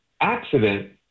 accident